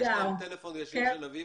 יש להן טלפון ישיר של אביבה?